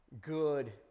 good